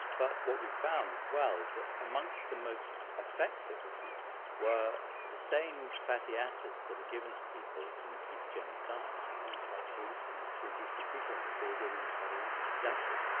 but what we found as well is that amongst the most effective of these were the same fatty acids that are given to people in the ketogenic diet. almost by coincidence to induce the ketones they were giving these fatty acids. exactly.